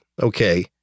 okay